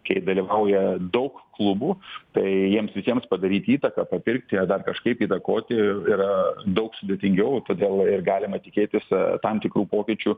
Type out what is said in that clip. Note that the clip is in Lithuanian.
kai dalyvauja daug klubų tai jiems visiems padaryti įtaką papirkti ar dar kažkaip įtakoti yra daug sudėtingiau todėl ir galima tikėtis tam tikrų pokyčių